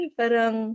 parang